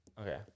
Okay